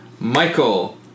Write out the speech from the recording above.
Michael